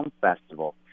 festival